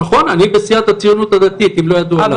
נכון, אני בסיעת הציונות הדתית, אם לא ידוע לך.